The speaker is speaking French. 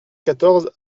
quatorze